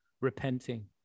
repenting